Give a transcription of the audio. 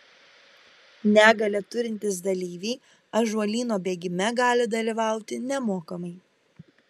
negalią turintys dalyviai ąžuolyno bėgime gali dalyvauti nemokamai